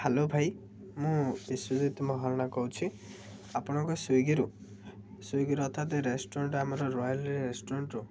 hello ଭାଇ ମୁଁ ବିଶ୍ୱଜିତ ମହାରଣା କହୁଛି ଆପଣ ଙ୍କ ସ୍ଵିଗିରୁ ସ୍ଵିଗିର ଅର୍ଥାତ ରେଷ୍ଟୁରାଣ୍ଟ ଆମର ରୟାଲ୍ ରେଷ୍ଟୁରାଣ୍ଟରୁ